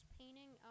painting